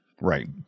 right